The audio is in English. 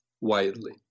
widely